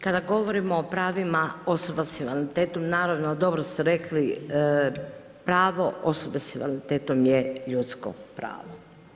Kada govorimo o pravima osoba s invaliditetom, naravno, dobro ste rekli, pravo osobe s invaliditetom je ljudsko pravo.